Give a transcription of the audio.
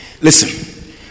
listen